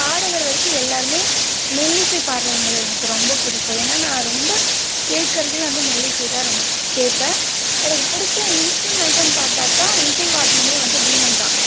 பாடகர் வரைக்கும் எல்லாருமே மெல்லிசை பாடுறவுங்கள எனக்கு ரொம்ப பிடிக்கும் ஏன்னா நான் ரொம்ப கேட்குறதே வந்து மெல்லிசைதான் ரொம்ப கேட்பேன் எனக்கு பிடிச்ச இன்ஸ்ட்ரூமெண்ட்டுன்னு பார்த்தாக்கா இசை வாத்தியமே வந்து வீணைதான்